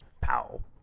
pow